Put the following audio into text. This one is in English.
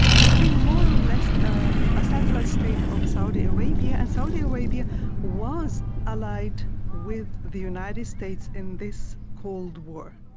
became more or less a ah satellite state of saudi arabia and saudi arabia was allied with the united states in this cold war.